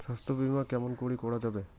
স্বাস্থ্য বিমা কেমন করি করা যাবে?